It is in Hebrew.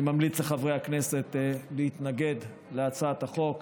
אני ממליץ לחברי הכנסת להתנגד להצעת החוק.